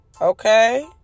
Okay